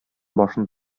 башын